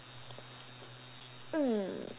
mm